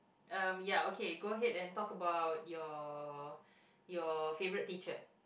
um ya okay go ahead and talk about your your favourite teacher